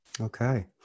Okay